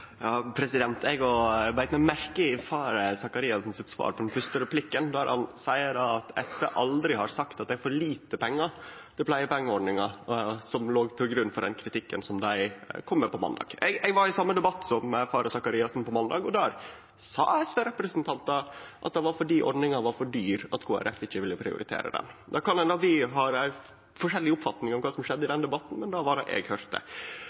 Eg òg beit meg merke i Faret Sakariassen sitt svar på den første replikken, der han sa at SV aldri har sagt at for lite pengar til pleiepengeordninga låg til grunn for den kritikken som dei kom med på måndag. Eg var i den same debatten som Faret Sakariassen på måndag, og då sa SV-representantar at det var fordi ordninga var for dyr at Kristeleg Folkeparti ikkje ville prioritere ho. Det kan hende at vi har forskjellig oppfatning av kva som skjedde i den debatten, men det var det eg